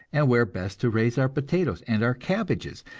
and where best to raise our potatoes and our cabbages,